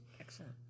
Excellent